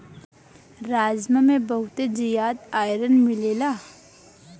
राजमा में बहुते जियादा आयरन मिलेला